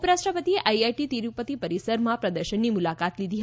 ઉપરાષ્ટ્રપતિએ આઇઆઈટી તિરુપતિ પરિસરમાં પ્રદર્શનની મુલાકાત લીધી